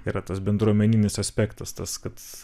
yra tas bendruomeninis aspektas tas kad